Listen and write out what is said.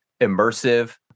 immersive